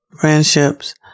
Friendships